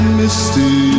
misty